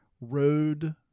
Road